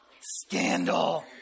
Scandal